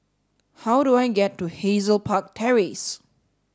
how do I get to Hazel Park Terrace